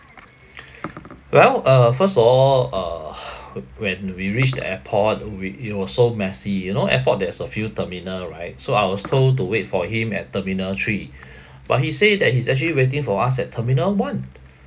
well uh first of all uh when we reach the airport we it was so messy you know airport there is a few terminal right so I was told to wait for him at terminal three but he say that he's actually waiting for us at terminal one